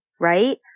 right